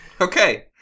Okay